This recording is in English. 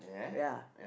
ya